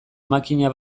makina